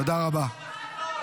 תודה רבה.